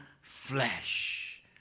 flesh